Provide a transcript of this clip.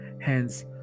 Hence